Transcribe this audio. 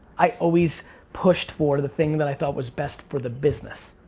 i always pushed for the thing that i thought was best for the business,